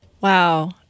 wow